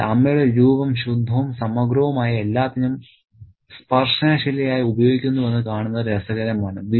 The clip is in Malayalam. അതിനാൽ അമ്മയുടെ രൂപം ശുദ്ധവും സമഗ്രവുമായ എല്ലാത്തിനും സ്പർശന ശിലയായി ഉപയോഗിക്കുന്നുവെന്ന് കാണുന്നത് രസകരമാണ്